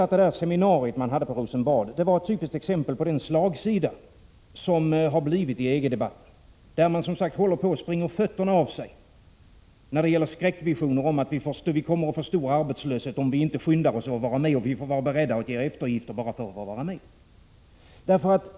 Jag tyckte att seminariet på Rosenbad var ett typiskt exempel på den slagsida som har uppstått i EG-debatten, där man som sagt håller på att springa fötterna av sig för att sprida skräckvisionerna om att vi får stor arbetslöshet, om vi inte skyndar oss att vara med, och om att vi får vara beredda att göra eftergifter bara för att få vara med.